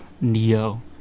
Neo